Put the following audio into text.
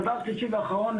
דבר שלישי ואחרון,